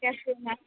कैसे हो मैम